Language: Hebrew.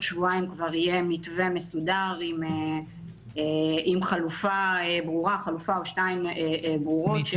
שבועיים כבר יהיה מתווה מסודר עם חלופה או שתיים ברורות.